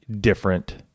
different